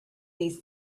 these